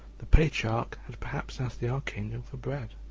the patriarch had perhaps asked the archangel for bread.